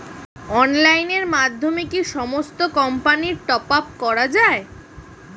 অনলাইনের মাধ্যমে কি সমস্ত কোম্পানির টপ আপ করা যায়?